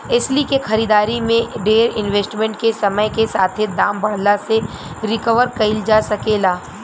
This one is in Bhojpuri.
एस्ली के खरीदारी में डेर इन्वेस्टमेंट के समय के साथे दाम बढ़ला से रिकवर कईल जा सके ला